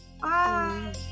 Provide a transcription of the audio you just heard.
bye